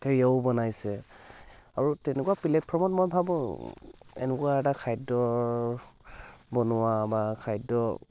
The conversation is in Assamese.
সেয়াও বনাইছে আৰু তেনেকুৱা প্লেটটফৰ্মত মই ভাবোঁ এনেকুৱা এটা খাদ্যৰ বনোৱা বা খাদ্য